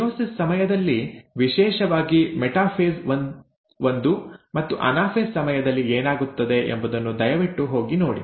meiosis ಸಮಯದಲ್ಲಿ ವಿಶೇಷವಾಗಿ metaphase ಒಂದು ಮತ್ತು ಅನಾಫೇಸ್ ಸಮಯದಲ್ಲಿ ಏನಾಗುತ್ತದೆ ಎಂಬುದನ್ನು ದಯವಿಟ್ಟು ಹೋಗಿ ನೋಡಿ